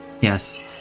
Yes